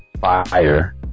fire